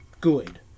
good